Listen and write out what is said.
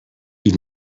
ils